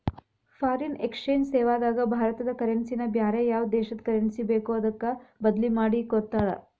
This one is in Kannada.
ಫಾರಿನ್ ಎಕ್ಸ್ಚೆಂಜ್ ಸೇವಾದಾಗ ಭಾರತದ ಕರೆನ್ಸಿ ನ ಬ್ಯಾರೆ ಯಾವ್ ದೇಶದ್ ಕರೆನ್ಸಿ ಬೇಕೊ ಅದಕ್ಕ ಬದ್ಲಿಮಾದಿಕೊಡ್ತಾರ್